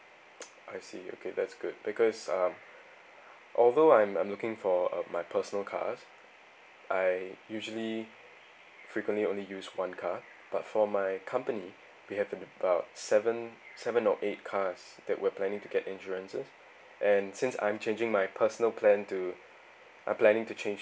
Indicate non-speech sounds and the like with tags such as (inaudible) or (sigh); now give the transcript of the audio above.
(noise) I see okay that's good because um although I'm I'm looking for a my personal cars I usually frequently only use one car but for my company we have about seven seven or eight cars that we're planning to get insurances and since I'm changing my personal plan to I'm planning to change